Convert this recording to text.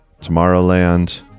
Tomorrowland